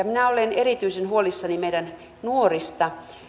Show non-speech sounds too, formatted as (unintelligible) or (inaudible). (unintelligible) minä olen erityisen huolissani meidän nuorista